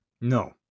No